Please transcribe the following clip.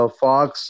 fox